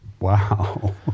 Wow